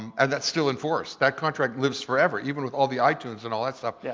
and and that's still enforced, that contract lives forever even with all the itunes and all that stuff. yeah